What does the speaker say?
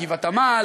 גבעת-עמל,